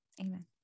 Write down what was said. amen